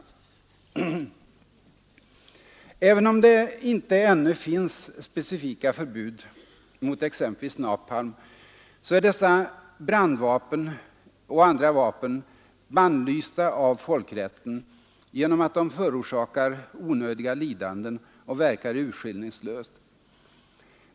Även om det inte ännu finns specifika förbud mot exempelvis napalm, så är dessa brandvapen och andra vapen bannlysta av folkrätten genom att de förorsakar onödiga lidanden och verkar urskiljningslöst.